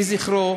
יהי זכרו